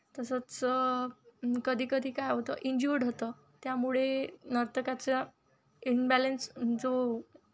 तसंच कधीकधी काय होतं इंज्युअड होतं त्यामुळे नर्तकाचा इम्बॅलन्स जो